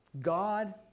God